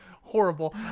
horrible